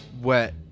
wet